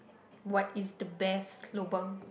what is the best lobang